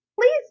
Please